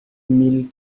mille